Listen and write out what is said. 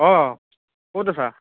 অ ক'ত আছা